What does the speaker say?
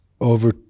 over